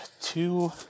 two